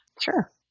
Sure